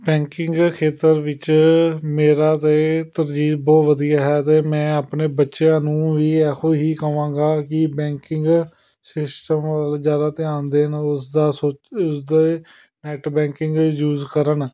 banking ਖੇਤਰ ਵਿੱਚ ਮੇਰਾ ਤਾਂ ਤਰਜੀਬ ਬਹੁਤ ਵਧੀਆ ਹੈ ਅਤੇ ਮੈਂ ਆਪਣੇ ਬੱਚਿਆਂ ਨੂੰ ਵੀ ਇਹੋ ਹੀ ਕਵਾਂਗਾ ਕਿ ਬੈਂਕਿੰਗ ਸਿਸਟਮ ਵਿੱਚ ਜ਼ਿਆਦਾ ਧਿਆਨ ਦੇਣ ਉਸ ਦਾ ਸੋਚ ਉਸਦੇ ਨੈਟ ਬੈਂਕਿੰਗ ਯੂਜ਼ ਕਰਨ